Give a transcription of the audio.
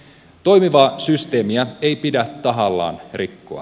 toimivaa systeemiä ei pidä tahallaan rikkoa